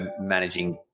managing